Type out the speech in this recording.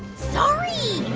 sorry